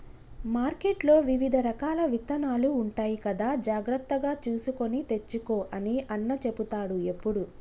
మార్కెట్లో వివిధ రకాల విత్తనాలు ఉంటాయి కదా జాగ్రత్తగా చూసుకొని తెచ్చుకో అని అన్న చెపుతాడు ఎప్పుడు